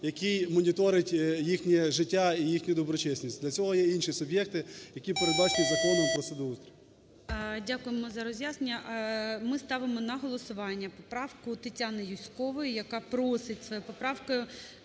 який моніторить їхнє життя і їхню доброчесність, для цього є інші суб'єкти, які передбачені Законом "Про судоустрій". ГОЛОВУЮЧИЙ. Дякуємо за роз'яснення. Ми ставимо на голосування поправку Тетяни Юзькової, яка просить своєю поправкою